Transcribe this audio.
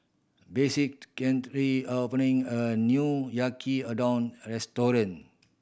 Betsey opening a new Yaki Udon Restaurant